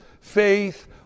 faith